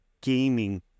gaming